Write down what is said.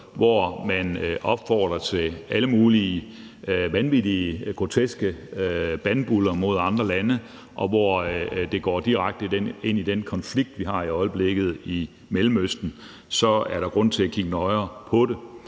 hvorman opfordrer til alle mulige vanvittige, groteske bandbuller mod andre lande, og det går direkte ind i den konflikt, vi har i øjeblikket i Mellemøsten, så er der grund til at kigge nøjere på det.